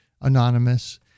anonymous